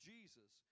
Jesus